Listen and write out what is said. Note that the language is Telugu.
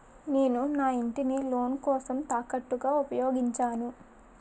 నేను నా ఇంటిని లోన్ కోసం తాకట్టుగా ఉపయోగించాను